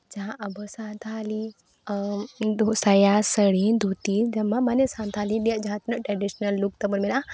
ᱡᱟᱦᱟᱸ ᱫᱚ ᱟᱵᱚ ᱥᱟᱱᱛᱷᱟᱞᱤ ᱥᱟᱭᱟ ᱥᱟᱹᱲᱤ ᱫᱷᱩᱛᱤ ᱡᱟᱢᱟ ᱢᱟᱱᱮ ᱥᱟᱱᱛᱷᱟᱞᱤ ᱨᱮᱭᱟᱜ ᱡᱟᱦᱟᱸ ᱛᱤᱱᱟᱹᱜ ᱛᱟᱵᱚᱱ ᱴᱨᱮᱰᱤᱥᱳᱱᱟᱞ ᱞᱩᱠ ᱛᱟᱵᱚᱱ ᱢᱮᱱᱟᱜᱼᱟ